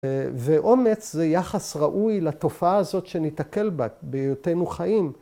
‫ואומץ זה יחס ראוי לתופעה הזאת ‫שניתקל בה בהיותנו חיים.